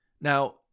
Now